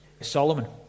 Solomon